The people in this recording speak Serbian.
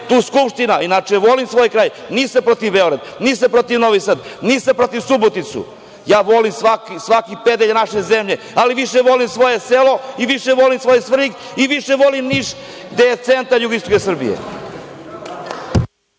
tu Skupština, inače, volim svoj kraj. Nisam protiv Beograda, nisam protiv Novog Sada, nisam protiv Subotice, volim svaki pedalj naše zemlje, ali više volim svoje selo i više volim svoj Svrljig i više volim Niš, gde je centar jugoistočne Srbije.